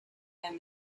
and